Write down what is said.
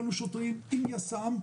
ראינו את זה בכתבה בערוץ 13,